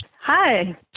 Hi